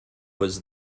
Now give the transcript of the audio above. was